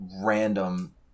random